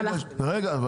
אבל --- רגע,